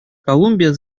колумбия